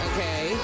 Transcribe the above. Okay